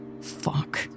Fuck